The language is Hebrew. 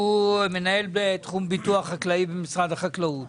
שהוא מנהל תחום ביטוח חקלאי במשרד החקלאות.